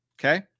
Okay